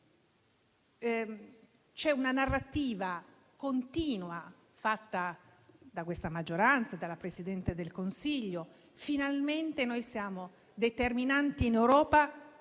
alla narrativa continua fatta da questa maggioranza e dalla Presidente del Consiglio. Si dice che finalmente noi siamo determinanti in Europa,